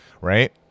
right